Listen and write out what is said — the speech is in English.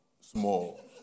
small